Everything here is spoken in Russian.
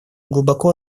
глубоко